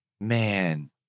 man